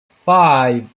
five